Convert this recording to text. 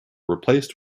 replaced